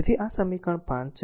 તેથી આ સમીકરણ 5 છે